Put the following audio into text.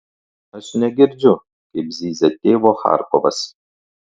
aš negirdžiu kaip zyzia tėvo charkovas